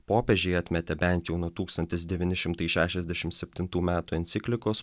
popiežiai atmetė bent jau nuo tūkstantis devyni šimtai šešiasdešimt septintų metų enciklikos